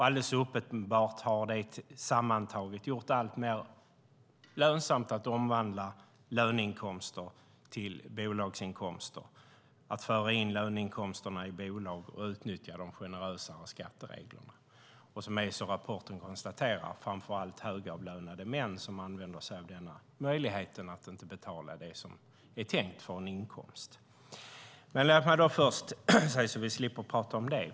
Alldeles uppenbart har det sammantaget gjort det alltmer lönsamt att omvandla löneinkomster till bolagsinkomster, att föra in löneinkomsterna i bolag och utnyttja de generösa skattereglerna. Som konstateras i Esorapporten är det framför allt högavlönade män som använder sig av denna möjlighet att inte betala det som är tänkt för en inkomst. Men låt mig först säga något, så att vi slipper prata om det.